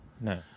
No